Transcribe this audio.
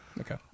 Okay